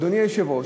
אדוני היושב-ראש,